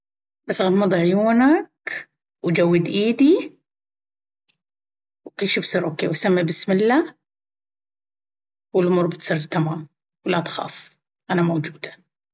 بس غمض عيونك وجود إيدي وكل شي بيصير أوكي؟ وسمي بسم الله والامور بتصير تمام ولا تخاف أنا موجودة. لازم تكسر خوفك بعد لمتى بتتم خايف لازم تقوي قلبك وعقلك وتتوكل على الله ولو الله كاتب لك شي لو يجتمعون أهل الأرض جميعا عشان يمنعونه ما بيقدرون. وين إيمانك بالله؟ يالله سم الله وتوكل.